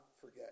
forget